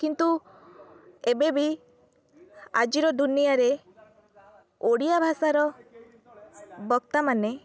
କିନ୍ତୁ ଏବେ ବି ଆଜିର ଦୁନିଆରେ ଓଡ଼ିଆ ଭାଷାର ବକ୍ତାମାନେ